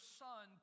son